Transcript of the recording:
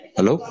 Hello